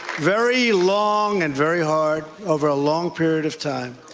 very long and very hard over a long period of time.